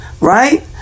right